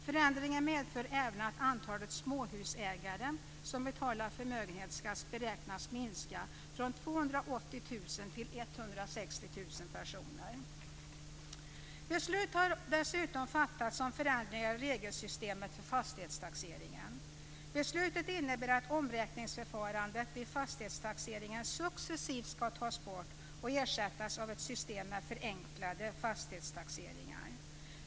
Förändringen medför även att antalet småhusägare som betalar förmögenhetsskatt beräknas minska från 280 000 till 160 000 Beslut har dessutom fattats om förändringar i regelsystemet för fastighetstaxeringen. Beslutet innebär att omräkningsförfarandet vid fastighetstaxeringen successivt ska tas bort och ersättas av ett system med förenklade fastighetstaxeringar.